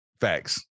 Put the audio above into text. facts